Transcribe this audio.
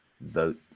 vote